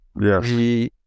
Yes